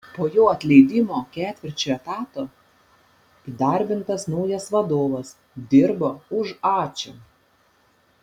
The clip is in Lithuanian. po jo atleidimo ketvirčiu etato įdarbintas naujas vadovas dirbo už ačiū